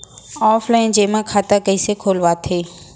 Offline जेमा खाता कइसे खोलवाथे?